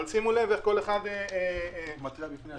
אבל שימו לב איך כל אחד מתריע בפני האחר.